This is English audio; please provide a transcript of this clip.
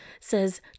says